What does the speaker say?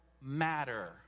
matter